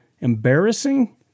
Embarrassing